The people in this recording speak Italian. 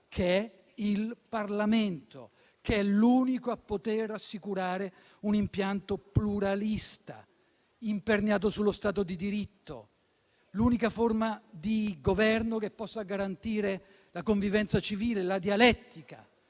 che è il Parlamento, che è l'unico a poter assicurare un impianto pluralista, imperniato sullo Stato di diritto, l'unica forma di Governo che possa garantire la convivenza civile e la dialettica